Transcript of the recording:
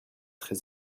très